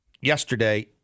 yesterday